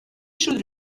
should